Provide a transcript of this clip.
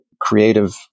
creative